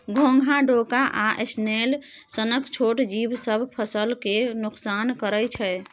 घोघा, डोका आ स्नेल सनक छोट जीब सब फसल केँ नोकसान करय छै